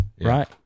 right